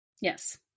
Yes